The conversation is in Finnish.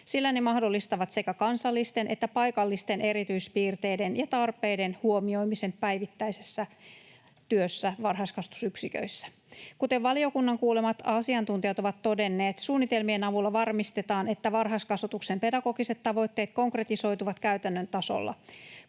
sillä ne mahdollistavat sekä kansallisten että paikallisten erityispiirteiden ja -tarpeiden huomioimisen päivittäisessä työssä varhaiskasvatusyksiköissä. Kuten valiokunnan kuulemat asiantuntijat ovat todenneet, suunnitelmien avulla varmistetaan, että varhaiskasvatuksen pedagogiset tavoitteet konkretisoituvat käytännön tasolla.